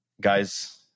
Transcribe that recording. Guys